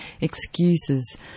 excuses